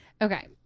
okay